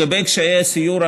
לגבי קשיי הסיור,